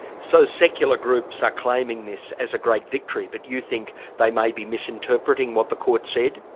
so secular groups are claiming this as a great victory, but you think they may be misinterpreting what the court said?